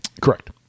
correct